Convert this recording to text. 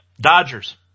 Dodgers